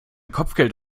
kopfgeld